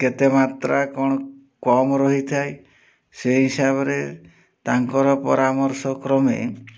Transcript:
କେତେ ମାତ୍ରା କ'ଣ କମ୍ ରହିଥାଏ ସେଇ ହିସାବରେ ତାଙ୍କର ପରାମର୍ଶ କ୍ରମେ